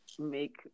make